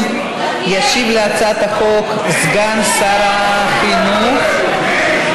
קיבלה את התפקיד על עצמה והובילה